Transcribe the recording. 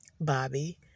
Bobby